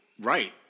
right